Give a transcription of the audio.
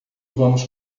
vamos